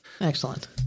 Excellent